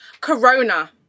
Corona